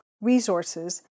resources